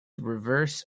reverse